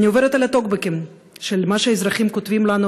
אני עוברת על הטוקבקים של מה שהאזרחים כותבים לנו,